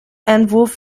entwurf